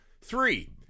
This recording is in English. Three